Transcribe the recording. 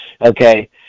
Okay